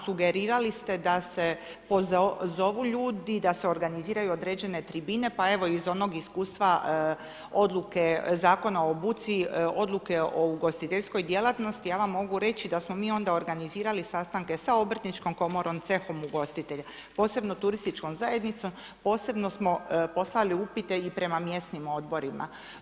Sugerirali ste da se pozovu ljudi, da se organiziraju određene tribine pa evo, iz onog iskustva odluke Zakona o buci, odluke o ugostiteljskoj djelatnosti, ja vam mogu reći da smo onda organizirali sa Obrtničkom komorom, cehom ugostitelja, posebno turističkom zajednicom, posebno smo poslali upite i prema mjesnim odborima.